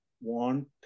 want